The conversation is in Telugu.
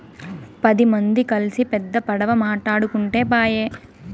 పది మంది కల్సి పెద్ద పడవ మాటాడుకుంటే పాయె